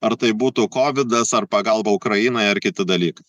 ar tai būtų kovidas ar pagalba ukrainai ar kiti dalykai